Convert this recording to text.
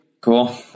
Cool